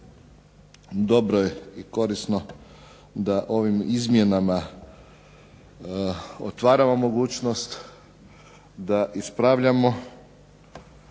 dobro je i korisno da ovim izmjenama otvaramo mogućnost, da ispravljamo